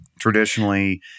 traditionally